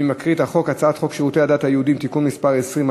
אני מקריא את שם החוק: הצעת חוק שירותי הדת היהודיים (תיקון מס' 20),